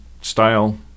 style